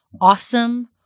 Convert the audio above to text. awesome